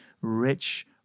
rich